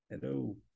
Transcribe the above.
Hello